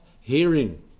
hearing